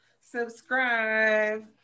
subscribe